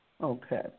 Okay